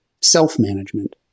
self-management